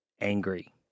angry